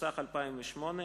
התשס"ח 2008,